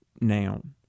noun